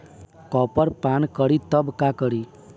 Copper पान करी तब का करी?